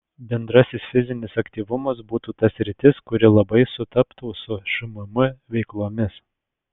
bendrasis fizinis aktyvumas būtų ta sritis kuri labai sutaptų su šmm veiklomis